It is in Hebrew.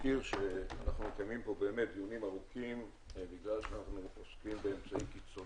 מציע להאריך את זה עד יום שני